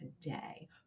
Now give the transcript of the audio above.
today